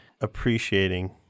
appreciating